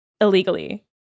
illegally